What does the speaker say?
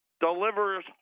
delivers